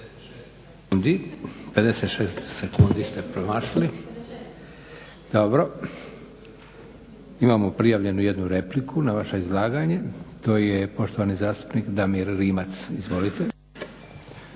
56 sekundi ste premašili. Imamo prijavljeno jednu repliku na vaše izlaganje, to je poštovani zastupnik Damir Rimac. Izvolite.